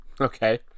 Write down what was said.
Okay